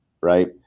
right